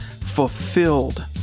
fulfilled